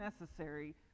necessary